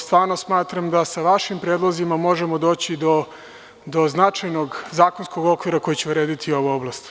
Stvarno smatram da sa vašim predlozima možemo doći do značajnog zakonskog okvira koji će urediti ovu oblast.